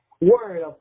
word